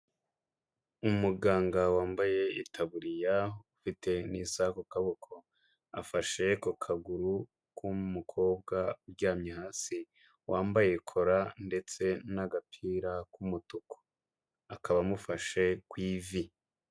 Umuganga wambaye taburiya ufite n'isaha ku kaboko, afashe ku kaguru k'umukobwa uryamye hasi wambaye kora ndetse n'agapira k'umutuku. Akaba amufashe ku ivi.